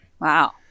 Wow